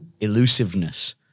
elusiveness